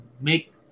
make